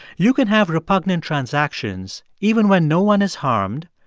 you can have repugnant transactions even when no one is harmed,